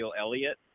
Elliott